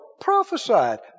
prophesied